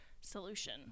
solution